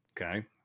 okay